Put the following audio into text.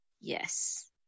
Yes